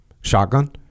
shotgun